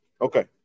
Okay